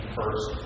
first